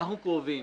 אנחנו קרובים.